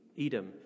Edom